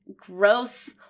gross